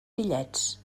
fillets